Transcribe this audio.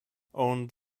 owned